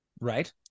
Right